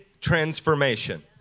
transformation